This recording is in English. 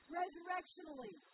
resurrectionally